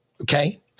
Okay